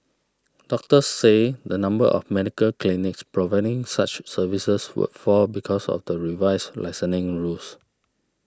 doctors said the number of medical clinics providing such services would fall because of the revised licensing rules